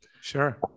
sure